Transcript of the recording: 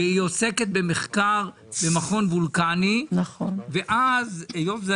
והיא עוסקת במחקר במכון וולקני ואז היות שזה